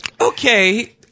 Okay